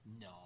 No